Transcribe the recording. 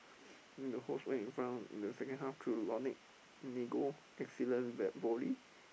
the whole in front of the second half through excellent v~ volley